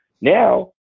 Now